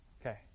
Okay